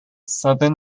southern